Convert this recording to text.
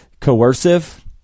Coercive